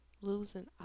losing